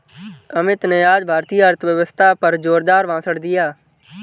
अमित ने आज भारतीय अर्थव्यवस्था पर जोरदार भाषण दिया